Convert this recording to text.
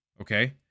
okay